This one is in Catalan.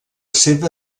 seva